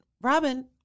Robin